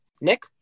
Nick